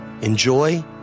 Enjoy